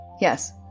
Yes